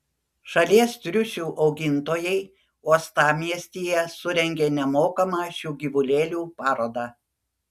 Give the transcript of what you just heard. šalies triušių augintojai uostamiestyje surengė nemokamą šių gyvulėlių parodą